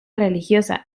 religiosa